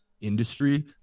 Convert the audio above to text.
industry